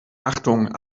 achtung